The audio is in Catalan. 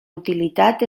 utilitat